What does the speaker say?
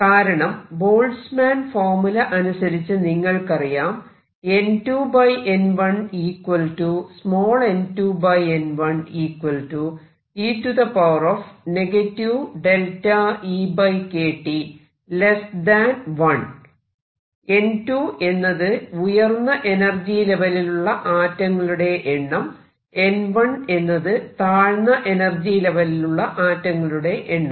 കാരണം Boltzmann formula അനുസരിച്ച് നിങ്ങൾക്കറിയാം N 2 എന്നത് ഉയർന്ന എനർജി ലെവെലിലുള്ള ആറ്റങ്ങളുടെ എണ്ണം N1 എന്നത് താഴ്ന്ന എനർജി ലെവെലിലുള്ള ആറ്റങ്ങളുടെ എണ്ണം